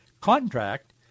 contract